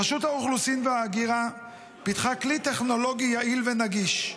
רשות האוכלוסין וההגירה פיתחה כלי טכנולוגי יעיל ונגיש,